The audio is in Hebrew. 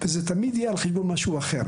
זה תמיד יהיה על חשבון משהו אחר